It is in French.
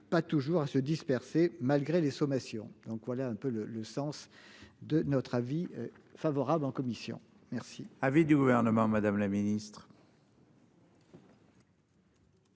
pas toujours à se disperser malgré les sommations. Donc voilà un peu le, le sens de notre avis favorable en commission. Merci. Avis du gouvernement. Madame la Ministre.